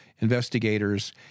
investigators